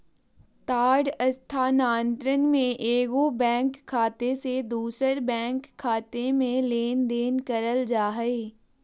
तार स्थानांतरण में एगो बैंक खाते से दूसर बैंक खाते में लेनदेन करल जा हइ